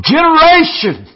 Generation